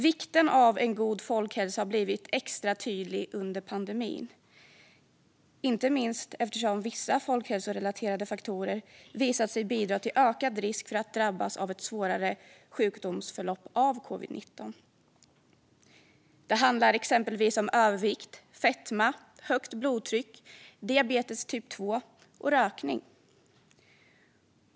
Vikten av en god folkhälsa har blivit extra tydlig under pandemin, inte minst eftersom vissa folkhälsorelaterade faktorer har visat sig bidra till ökad risk för att drabbas av ett svårare sjukdomsförlopp vid covid-19. Det handlar exempelvis om övervikt, fetma, högt blodtryck, diabetes typ 2 och rökning.